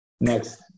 Next